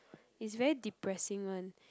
is very depressing one